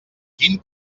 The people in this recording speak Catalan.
quin